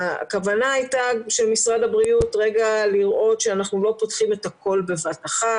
הכוונה של משרד הבריאות הייתה לראות שאנחנו לא פותחים את הכול בבת אחת,